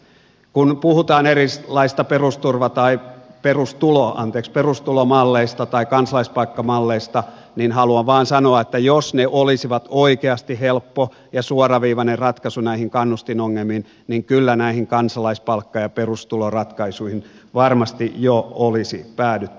kun puhutaan erilaisista perustulomalleista tai kansalaispalkkamalleista niin haluan vain sanoa että jos ne olisivat oikeasti helppo ja suoraviivainen ratkaisu näihin kannustinongelmiin niin kyllä näihin kansalaispalkka ja perustuloratkaisuihin varmasti jo olisi päädytty